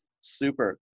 super